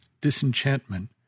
disenchantment